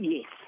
Yes